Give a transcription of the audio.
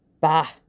Bah